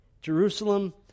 Jerusalem